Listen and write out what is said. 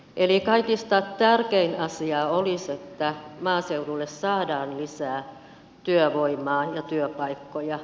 eli kaikista tärkein asia olisi että maaseudulle saadaan lisää työvoimaa ja työpaikkoja